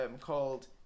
called